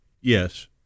Yes